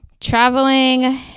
traveling